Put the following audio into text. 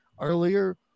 earlier